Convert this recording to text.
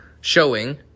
showing